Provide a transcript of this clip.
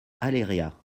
aléria